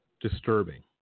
disturbing